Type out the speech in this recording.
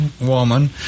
woman